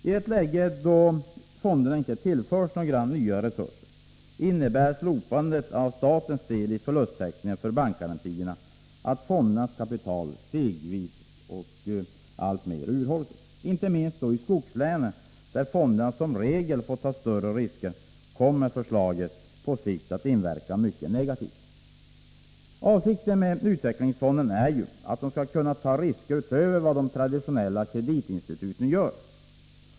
I ett läge då fonderna inte tillförs några nya resurser innebär slopandet av statens del i förlusttäckningen för bankgarantierna att fondernas kapital stegvis urholkas. Inte minst i skogslänen, där fonderna som regel får ta större risker, kommer förslaget på sikt att inverka mycket negativt. Avsikten med utvecklingsfonderna är ju att de skall kunna ta risker utöver vad de traditionella kreditinstituten gör.